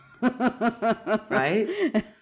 Right